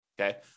Okay